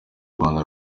rwanda